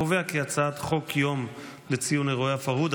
ההצעה להעביר את הצעת חוק יום לציון אירועי הפרהוד,